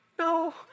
no